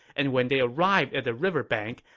and when they arrived at the river bank,